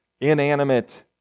inanimate